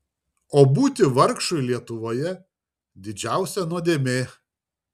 o būti vargšui lietuvoje didžiausia nuodėmė